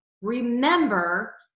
Remember